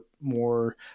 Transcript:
more